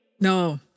No